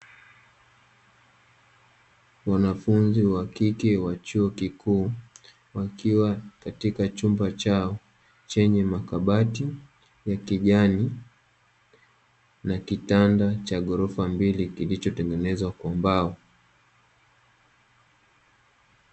Wanafunzi wa kike wa chuo kikuu, wakiwa katika chumba chao, chenye makabati ya kijani na kitanda cha ghorofa mbili kilichotengenezwa kwa mbao.